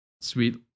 sweet